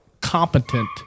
competent